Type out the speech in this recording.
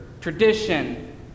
tradition